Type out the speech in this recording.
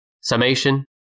summation